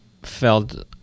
felt